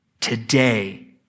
today